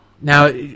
Now